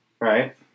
right